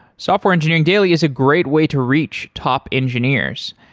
software engineering daily is a great way to reach top engineers.